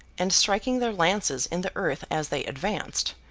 and striking their lances in the earth as they advanced,